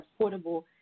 affordable